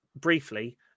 briefly